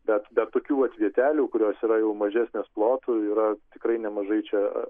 bet bet tokių vat vietelių kurios yra jau mažesnės plotu yra tikrai nemažai čia